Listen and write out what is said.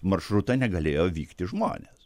maršrutą negalėjo vykti žmonės